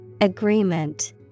Agreement